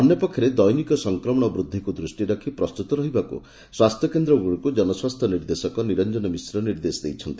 ଅନ୍ୟପକ୍ଷରେ ଦୈନିକ ସଂକ୍ରମଣ ବୃଦ୍ଧିକୁ ଦୂଷ୍ଟିରେ ରଖି ପ୍ରସ୍ତୁତ ରହିବାକୁ ସ୍ୱାସ୍ଥ୍ୟକେନ୍ଦ୍ରଗୁଡ଼ିକୁ ଜନସ୍ୱାସ୍ଥ୍ୟ ନିର୍ଦ୍ଦେଶକ ନିରଞ୍ଚନ ମିଶ୍ର ନିର୍ଦ୍ଦେଶ ଦେଇଛନ୍ତି